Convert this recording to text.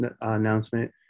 announcement